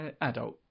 adult